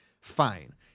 Fine